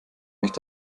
nicht